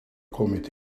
kommit